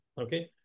okay